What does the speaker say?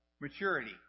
maturity